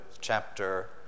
chapter